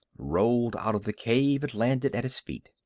rolled out of the cave and landed at his feet.